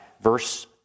Verse